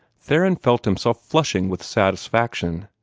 theron felt himself flushing with satisfaction.